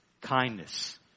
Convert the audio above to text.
kindness